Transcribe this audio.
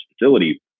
facility